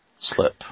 Slip